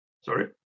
sorry